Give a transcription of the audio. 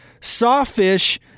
sawfish